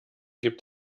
gibt